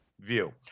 view